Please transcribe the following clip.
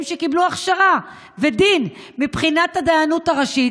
שקיבלו הכשרה כדין מבחינת הרבנות הראשית,